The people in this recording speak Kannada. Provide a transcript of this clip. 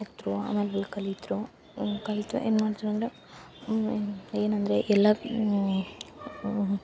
ಆಮೇಲೆ ಕಲಿತು ಏನು ಮಾಡ್ತಾರೆ ಅಂದರೆ ಏನಂದರೆ ಎಲ್ಲ